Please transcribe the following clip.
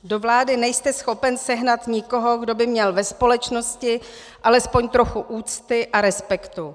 Do vlády nejste schopen sehnat nikoho, kdo by měl ve společnosti alespoň trochu úcty a respektu.